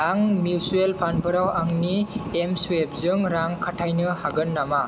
आं मिउसुयेल फान्डफोराव आंनि एमस्वुइफजों रां खाथायनो हागोन नामा